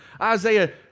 Isaiah